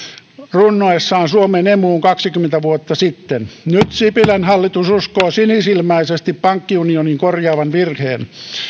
runnoessaan suomen emuun kaksikymmentä vuotta sitten nyt sipilän hallitus uskoo sinisilmäisesti pankkiunionin korjaavan virheen